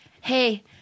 Hey